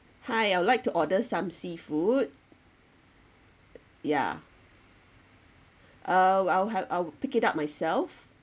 hi I would like to order some seafood ya uh I'll have I'll pick it up myself